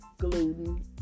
gluten